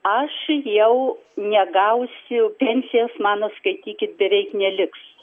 aš jau negausiu pensijos mano skaitykit beveik neliks